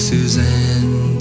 Suzanne